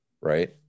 right